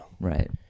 Right